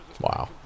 Wow